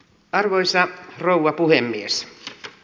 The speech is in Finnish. arvoisa rouva puhemies